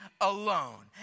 alone